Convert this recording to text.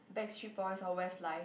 Backstreet Boys or Westlife